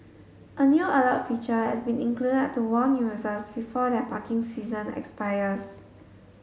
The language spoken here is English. a new alert feature has been included to warn users before their parking session expires